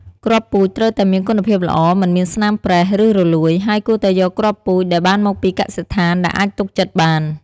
គ្រាប់ពូជត្រូវតែមានគុណភាពល្អ មិនមានស្នាមប្រេះ ឬរលួយ ហើយគួរតែយកគ្រាប់ពូជដែលបានមកពីកសិដ្ឋានដែលអាចទុកចិត្តបាន។